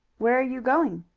where are you going?